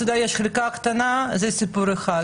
שלצדו יש חלקה קטנה, זה סיפור אחד.